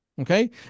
okay